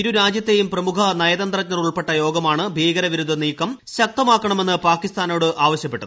ഇരുരാജ്യത്തെയും പ്രിമുഖ നയതന്ത്രജ്ഞർ ഉൾപ്പെട്ട യോഗമാണ് ഭീകരവിരുദ്ധ നീക്കം ശക്തമാക്കണമെന്ന് പാകിസ്ഥാനോട് ആവശ്യപ്പെട്ടത്